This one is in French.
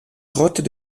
grottes